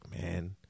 man